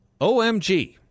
OMG